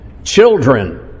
Children